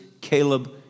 Caleb